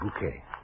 bouquet